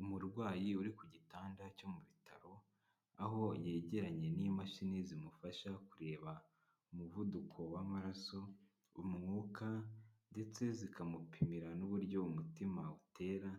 Umurwayi uri ku gitanda cyo mu bitaro, aho yegeranye n'imashini zimufasha kureba umuvuduko w'amaraso, umwuka ndetse zikamupimira n'uburyo umutima utera.